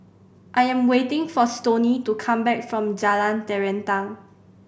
I am waiting for Stoney to come back from Jalan Terentang